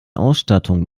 ausstattung